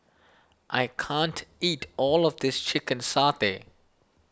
I can't eat all of this Chicken Satay